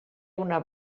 una